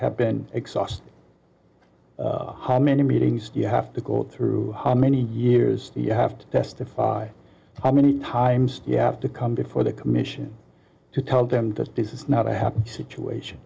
have been exhausted how many meetings do you have to go through how many years you have to testify how many times you have to come before the commission to tell them that this is not a happy situation